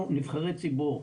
אנחנו נבחרי ציבור,